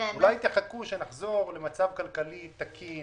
אולי תחכו שנחזור למצב כלכלי תקין,